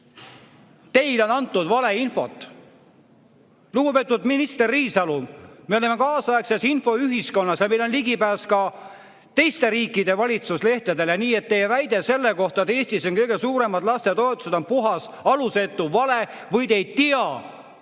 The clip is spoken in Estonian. "Teile on antud valeinfot."Lugupeetud minister Riisalo! Me oleme kaasaegses infoühiskonnas ja meil on ligipääs ka teiste riikide valitsuslehtedele, nii et teie väide selle kohta, et Eestis on kõige suuremad lastetoetused, on puhas, alusetu vale või te ei tea